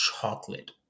chocolate